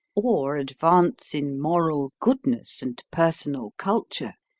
or advance in moral goodness and personal culture.